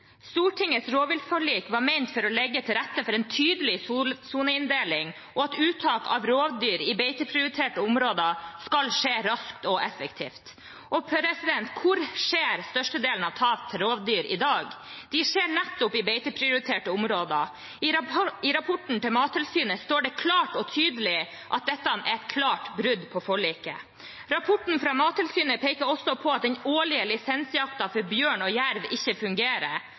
Stortingets rovdyrforlik var ment å skulle legge til rette for en tydelig soneinndeling, og for at uttak av rovdyr i beiteprioriterte områder skulle skje raskt og effektivt. Hvor skjer størstedelen av tapene til rovdyr i dag? Det skjer nettopp i beiteprioriterte områder. I Mattilsynets rapport står det klart og tydelig at dette er et klart brudd på forliket. Rapporten fra Mattilsynet peker også på at den årlige lisensjakten for bjørn og jerv ikke fungerer.